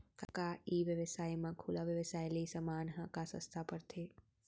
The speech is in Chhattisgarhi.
का ई व्यवसाय म खुला व्यवसाय ले समान ह का सस्ता पढ़थे?